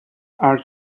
are